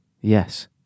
Yes